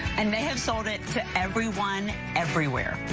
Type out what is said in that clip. and they've sold it to everyone. everywhere.